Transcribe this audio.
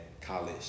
college